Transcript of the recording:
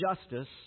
justice